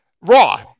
Raw